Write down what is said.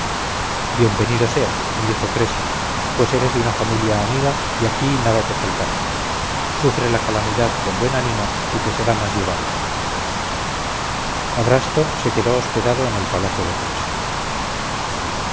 venido seas le dijo creso pues eres de una familia amiga y aquí nada te faltará sufre la calamidad con buen ánimo y te será más llevadera adrasto se quedó hospedado en el palacio de creso